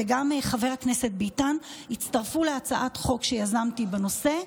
וגם חבר הכנסת ביטן הצטרפו להצעת חוק שיזמתי בנושא,